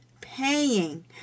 paying